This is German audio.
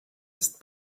ist